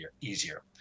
easier